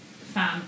fan